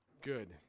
good